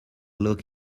look